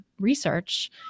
research